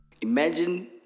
Imagine